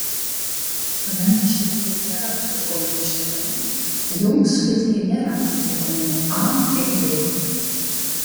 kadangi šie aliejai nėra išgaunami iš kepenų jų sudėtyje nėra vitaminų a ir d